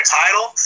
title